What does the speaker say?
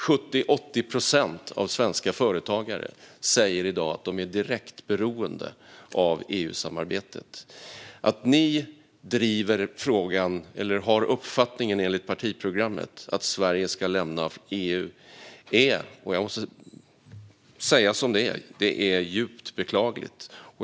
70-80 procent av de svenska företagarna säger i dag att de är direkt beroende av EU-samarbetet. Ni driver frågan - ni har i alla fall enligt partiprogrammet denna uppfattning - att Sverige ska lämna EU. Jag måste säga som det är: Det är djupt beklagligt.